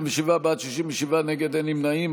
27 בעד, 67 נגד, אין נמנעים.